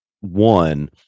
one